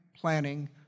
planning